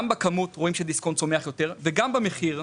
גם בכמות רואים שדיסקונט צומח יותר וגם במחיר.